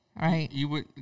Right